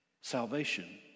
Salvation